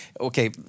Okay